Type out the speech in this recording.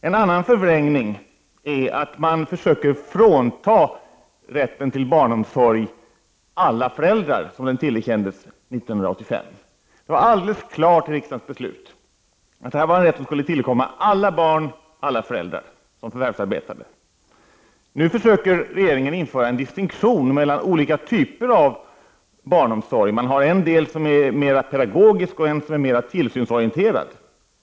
En annan förvrängning är att regeringen försöker frånta vissa föräldrar denna rätt till barnomsorg. 1985 tillerkändes alla föräldrar denna rätt. Det var ett alldeles klart riksdagsbeslut som innebar att rätten skulle tillkomma alla de barn vilkas föräldrar förvärvsarbetar. Nu försöker regeringen införa en distinktion mellan olika typer av barnomsorg. En del är mer pedagogisk och en del är mer tillsynsorienterad.